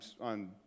on